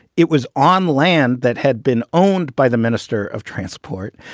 it was on land that had been owned by the minister of transport.